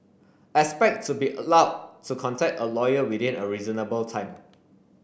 expect to be allowed to contact a lawyer within a reasonable time